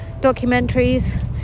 documentaries